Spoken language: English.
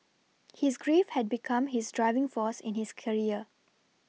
his grief had become his driving force in his career